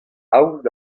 aon